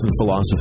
philosophy